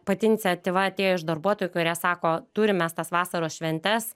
pati iniciatyva atėjo iš darbuotojų kurie sako turim mes tas vasaros šventes